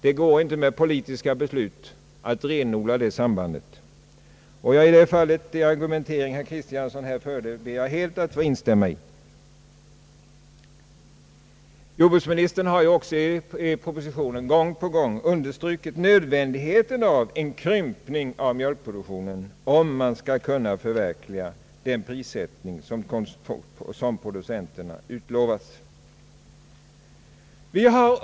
Det går inte med politiska beslut att ta bort det sambandet — i det fallet ber jag att helt få instämma med den argumentering herr Kristiansson hade här förut. Jordbruksministern har också i propositionen gång på gång understrukit nödvändigheten av en krympning av mjölkproduktionen, om man skall kunna förverkliga den prissättning som producenterna utlovats.